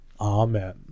Amen